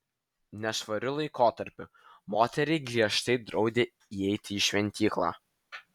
nešvariu laikotarpiu moteriai griežtai draudė įeiti į šventyklą